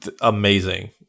amazing